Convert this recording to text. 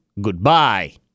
goodbye